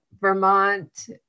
Vermont